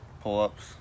pull-ups